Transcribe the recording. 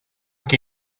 qui